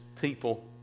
people